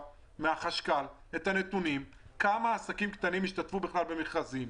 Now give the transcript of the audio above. מהחשכ"ל נתונים כמה עסקים קטנים השתתפו בכלל במכרזים,